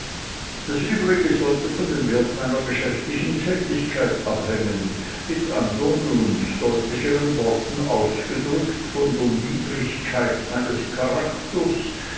das übrige sollte von dem wert meiner geschäftlichen tätigkeit abhängen mit andern und deutlicheren worten ausgedrückt von der niedrigkeit meines charakters